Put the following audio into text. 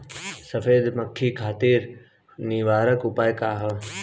सफेद मक्खी खातिर निवारक उपाय का ह?